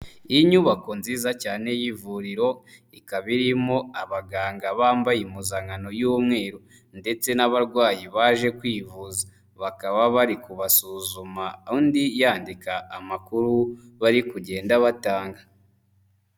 Inyubako nziza cyane y'ivuriro, ikaba irimo abaganga bambaye impuzankano y'umweru, ndetse n'abarwayi baje kwivuza, bakaba bari kubasuzuma undi yandika amakuru bari kugenda batanga.